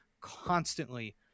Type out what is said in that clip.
constantly